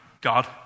God